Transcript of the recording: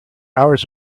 hours